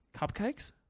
Cupcakes